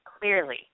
clearly